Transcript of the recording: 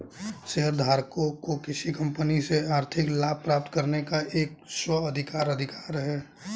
शेयरधारकों को किसी कंपनी से आर्थिक लाभ प्राप्त करने का एक स्व अधिकार अधिकार है